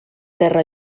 terra